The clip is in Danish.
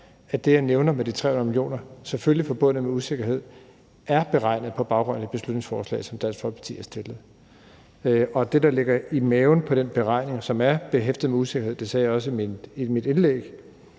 at det, jeg nævner med de 300 mio. kr. – selvfølgelig forbundet med usikkerhed – er beregnet på baggrund af det beslutningsforslag, som Dansk Folkeparti har fremsat. Og det, der ligger i maven på den beregning, som er behæftet med usikkerhed, og det sagde jeg også i mit indlæg,